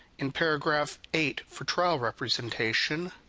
in paragraph eight, for trial representation,